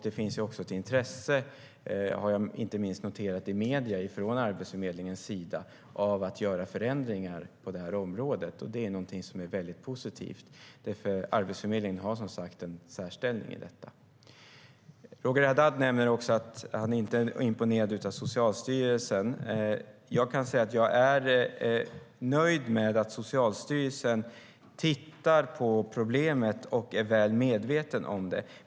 Det finns också ett intresse, har jag noterat inte minst i medierna, från Arbetsförmedlingens sida av att göra förändringar på detta område. Det är någonting som är väldigt positivt, för Arbetsförmedlingen har som sagt en särställning i detta. Roger Haddad nämner också att han inte är imponerad av Socialstyrelsen. Jag kan säga att jag är nöjd med att Socialstyrelsen tittar på problemet och är väl medveten om det.